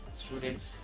students